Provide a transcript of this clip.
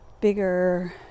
bigger